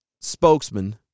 spokesman